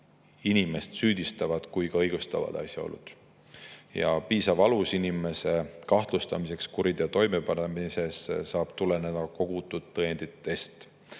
inimest süüstavad kui ka õigustavad asjaolud. Piisav alus inimese kahtlustamiseks kuriteo toimepanemises saab tuleneda kogutud tõenditest.